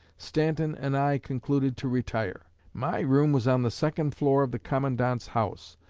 stanton and i concluded to retire. my room was on the second floor of the commandant's house,